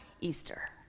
Easter